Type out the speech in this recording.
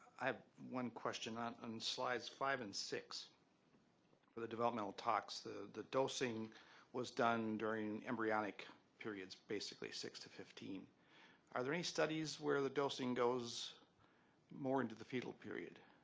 i have one question on on slides five and six for the developmental tox the the dosing was done during embryonic periods, basically six to fifteen are there any studies where the dosing goes more into the fetal period?